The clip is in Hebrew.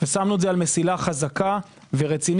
ושמנו את זה על מסילה חזקה ורצינית.